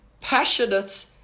Passionate